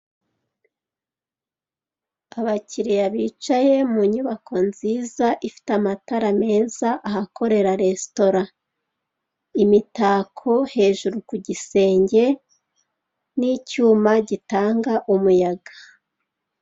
Abakiriya bicaye mu nyubako nziza ifite amatara meza, ahakorera resitora. Imitako hejuru ku gisenge, n'icyuma gitanga umuyaga.